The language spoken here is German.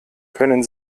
können